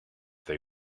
they